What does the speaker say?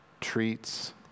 treats